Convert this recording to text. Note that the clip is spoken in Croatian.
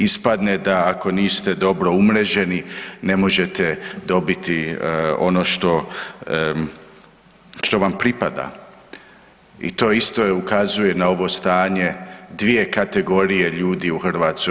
Ispadne da ako niste dobro umreženi ne možete dobiti ono što vam pripada i to isto ukazuje na ovo stanje dvije kategorije ljudi u Hrvatskoj.